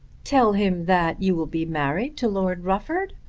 tell him that you will be married to lord rufford?